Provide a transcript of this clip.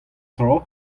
tra